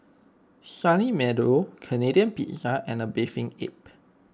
Sunny Meadow Canadian Pizza and A Bathing Ape